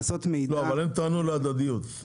לא, אבל הם טענו להדדיות.